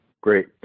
Great